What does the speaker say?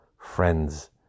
friends